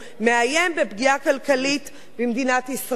מאיים בפגיעה כלכלית במדינת ישראל.